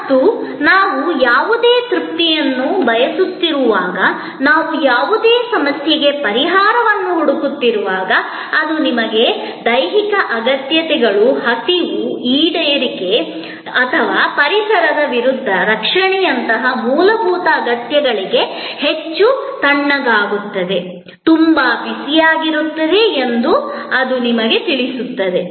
ಮತ್ತು ನಾವು ಯಾವುದೇ ತೃಪ್ತಿಯನ್ನು ಬಯಸುತ್ತಿರುವಾಗ ನಾವು ಯಾವುದೇ ಸಮಸ್ಯೆಗೆ ಪರಿಹಾರವನ್ನು ಹುಡುಕುತ್ತಿರುವಾಗ ಅದು ನಿಮ್ಮ ದೈಹಿಕ ಅಗತ್ಯತೆಗಳು ಹಸಿವು ಈಡೇರಿಕೆ ಅಥವಾ ಪರಿಸರದ ವಿರುದ್ಧದ ರಕ್ಷಣೆಯಂತಹ ಮೂಲಭೂತ ಅಗತ್ಯಗಳಿಗೆ ಹೇಗೆ ತಣ್ಣಗಾಗುತ್ತದೆ ತುಂಬಾ ಬಿಸಿಯಾಗಿರುತ್ತದೆ ಎಂದು ಅದು ನಿಮಗೆ ತಿಳಿಸುತ್ತದೆ